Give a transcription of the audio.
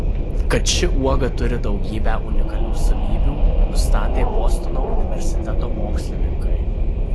kad ši uoga turi daugybę unikalių savybių nustatė bostono universiteto mokslininkai